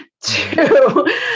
Two